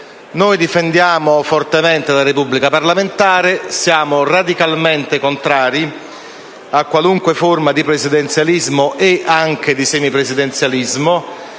Noi difendiamo fortemente la Repubblica parlamentare e siamo radicalmente contrari a qualunque forma di presidenzialismo e anche di semipresidenzialismo.